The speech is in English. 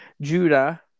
Judah